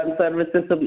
services